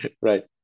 Right